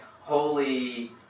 holy